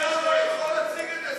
השר לא יכול להציג את זה.